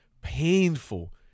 painful